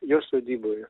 jo sodyboje